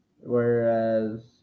whereas